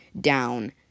down